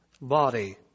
body